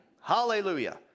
Hallelujah